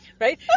Right